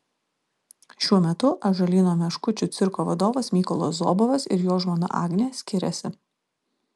šiuo metu ąžuolyno meškučių cirko vadovas mykolas zobovas ir jo žmona agnė skiriasi